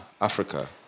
Africa